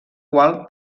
qual